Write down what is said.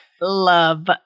love